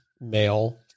male